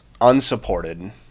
unsupported